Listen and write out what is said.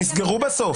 אלא שנסגרו בסוף.